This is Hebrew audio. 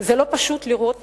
לא פשוט לראות